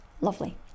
lovely